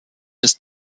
des